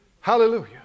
Hallelujah